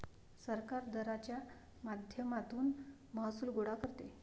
सरकार दराच्या माध्यमातून महसूल गोळा करते